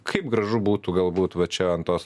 kaip gražu būtų galbūt va čia ant tos